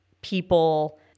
people